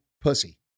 pussy